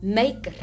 make